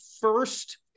first